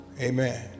Amen